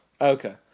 Okay